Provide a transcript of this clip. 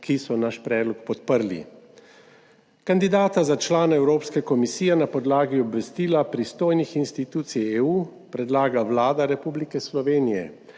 ki so naš predlog podprli. Kandidata za člana Evropske komisije na podlagi obvestila pristojnih institucij EU predlaga Vlada Republike Slovenije.